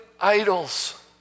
idols